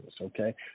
okay